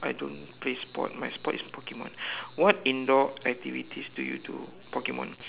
I don't play sport my sport is Pokemon what indoor activities do you do Pokemon